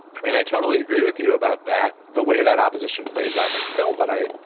i mean, i totally agree with you about that. the way that opposition plays out in the film. but i.